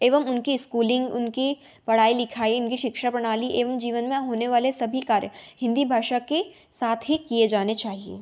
एवम उनकी स्कूलिंग उनकी पढ़ाई लिखाई इनकी शिक्षा प्रणाली एवम जीवन में होने वाले सभी कार्य हिन्दी भाषा के साथ ही किए जाने चाहिए